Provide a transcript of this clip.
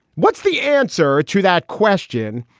what's the answer to that question?